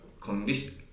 condition